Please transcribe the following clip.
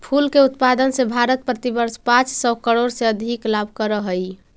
फूल के उत्पादन से भारत प्रतिवर्ष पाँच सौ करोड़ से अधिक लाभ करअ हई